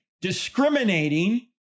discriminating